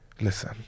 Listen